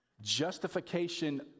Justification